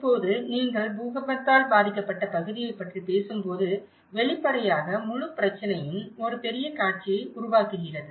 இப்போது நீங்கள் பூகம்பத்தால் பாதிக்கப்பட்ட பகுதியைப் பற்றி பேசும்போது வெளிப்படையாக முழு பிரச்சனையும் ஒரு பெரிய காட்சியை உருவாக்குகிறது